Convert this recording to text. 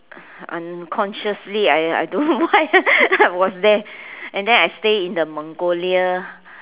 unconsciously I I don't know why I was there and then I stay in the Mongolia